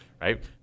right